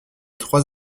trois